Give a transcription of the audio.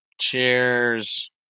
Cheers